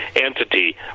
entity